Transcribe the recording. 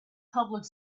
public